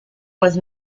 with